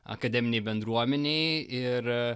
akademinėj bendruomenėj ir a